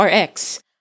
RX